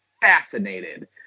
fascinated